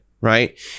Right